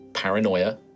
Paranoia